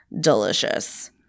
delicious